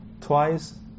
twice